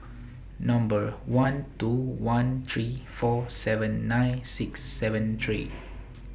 Number one two one three four seven nine six seven three